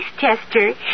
tester